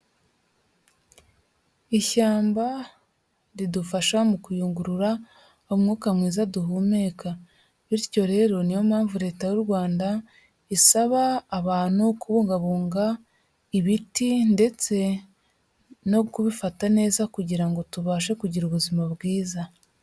Ishyamba ridufasha mu kuyungurura umwuka mwiza duhumeka, bityo rero niyo mpamvu leta y'u Rwanda isaba abantu kubungabunga ibiti ndetse no kubifata neza kugira ngo tubashe kugira ubuzima bwiza.